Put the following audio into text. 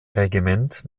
regiment